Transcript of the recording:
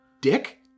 dick